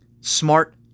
Smart